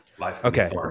Okay